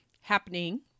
happening